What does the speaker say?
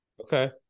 Okay